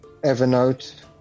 Evernote